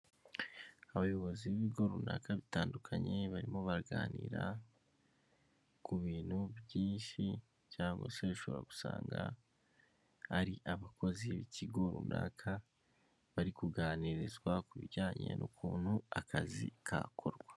Abayobozi b'ibigo runaka bitandukanye barimo baraganira ku bintu byinshi cyangwa se ushobora gusanga ari abakozi b'ikigo runaka, bari kuganirizwa kubijyanye n'ukuntu akazi kakorwa.